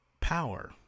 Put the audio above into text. power